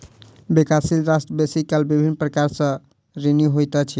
विकासशील राष्ट्र बेसी काल विभिन्न प्रकार सँ ऋणी होइत अछि